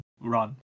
run